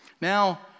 Now